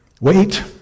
Wait